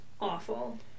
Awful